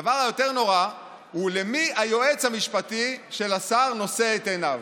הדבר הנורא יותר הוא למי היועץ המשפטי של השר נושא את עיניו,